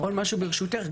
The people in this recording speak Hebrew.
עוד משהו, ברשותך.